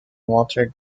walter